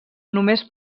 només